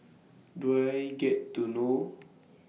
Do I get to know